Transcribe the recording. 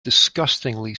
disgustingly